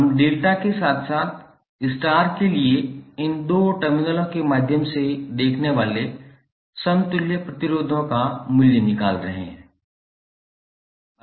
हम डेल्टा के साथ साथ स्टार के लिए इन 2 टर्मिनलों के माध्यम से देखने वाले समतुल्य प्रतिरोधों का मूल्य निकाल रहे हैं